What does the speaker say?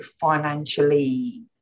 Financially